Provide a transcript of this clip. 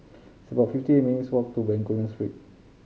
it's about fifty minutes' walk to Bencoolen Street